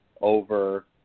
over